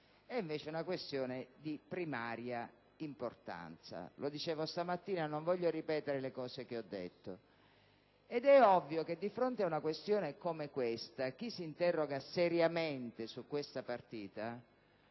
invece un tema di primaria importanza. Lo dicevo questa mattina e non voglio ripetere quanto ho detto. È ovvio che, di fronte a una questione come questa, chi si interroga seriamente su questa partita